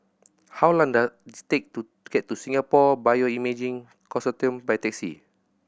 how long does take to get to Singapore Bioimaging Consortium by taxi